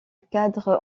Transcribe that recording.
cadres